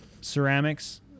ceramics